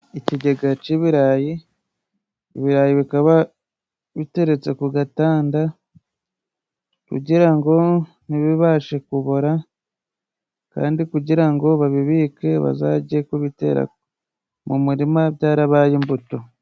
Ikigega cy'ibirayi, ibirayi bikaba biteretse ku gatanda kugira ngo ntibibashe kubora, kandi kugira ngo babibike bazajye kubitera mu murima byarabaye imbuto.